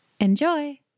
Enjoy